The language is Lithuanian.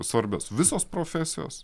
svarbios visos profesijos